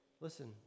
listen